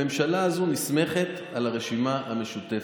הממשלה הזאת נסמכת על הרשימה המשותפת.